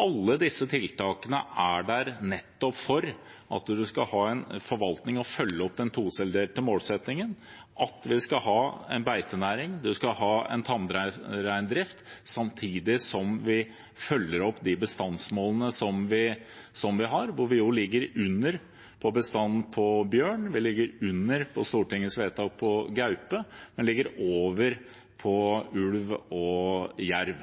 Alle disse tiltakene er der nettopp for at man skal ha en forvaltning og følge opp den todelte målsettingen – at vi skal ha en beitenæring og en tamreindrift samtidig som vi følger opp de bestandsmålene vi har. Der ligger vi under bestandsmålet for bjørn og under Stortingets vedtak for gaupe, men ligger over for ulv og jerv.